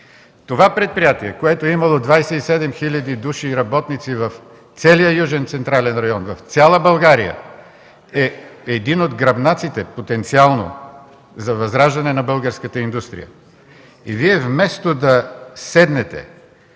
Това предприятие, което е имало 27 хиляди души работници в целия южен централен район, в цяла България, е един от потенциалните гръбнаци за възраждане на българската индустрия. Вие вместо да седнете,